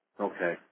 Okay